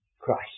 Christ